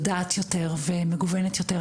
יודעת יותר ומגוונת יותר.